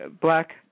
black